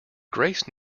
grace